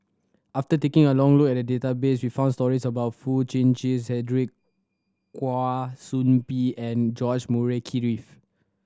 after taking a long look at the database we found stories about Foo Chee Cedric Kwa Soon Bee and George Murray Key Reith